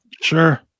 Sure